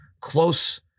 close